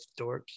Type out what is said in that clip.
dorks